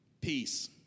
peace